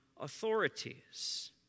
authorities